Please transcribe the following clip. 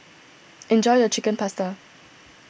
enjoy your Chicken Pasta